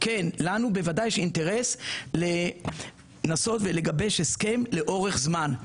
לנו בוודאי יש אינטרס לנסות ולגבש הסכם לאורך זמן,